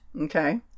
okay